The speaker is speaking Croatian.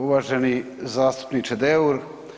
Uvaženi zastupniče Deur.